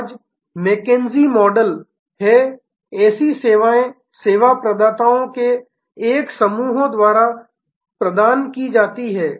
आज यह McKinsey model है ऐसी सेवाएं सेवा प्रदाताओं के एक समूहो द्वारा प्रदान की जाती हैं